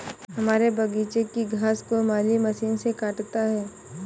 हमारे बगीचे की घास को माली मशीन से काटता है